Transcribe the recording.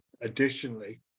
additionally